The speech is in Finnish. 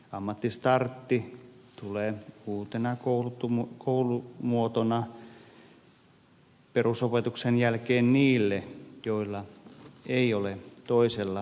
ammattistartti tulee uutena koulumuotona perusopetuksen jälkeen niille joilla ei ole toisella asteella koulutuspaikkaa